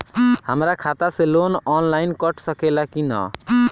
हमरा खाता से लोन ऑनलाइन कट सकले कि न?